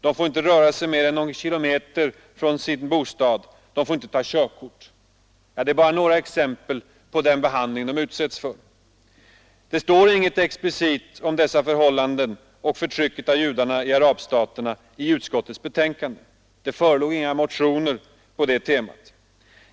De får inte röra sig mer än någon kilometer från sin bostad. De får inte ta körkort. Detta är bara några exempel på den behandling de utsätts för. I utskottets betänkande står det ingenting explicit om dessa förhållanden och om förtrycket av judarna i arabstaterna. Det förelåg heller inga motioner på det temat.